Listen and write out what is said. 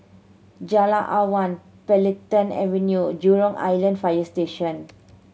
Jalan Awan Planta Avenue Jurong Island Fire Station